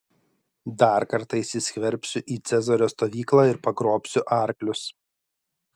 dar kartą įsiskverbsiu į cezario stovyklą ir pagrobsiu arklius